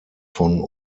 von